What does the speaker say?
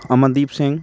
Amandeep Singh